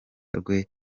rwe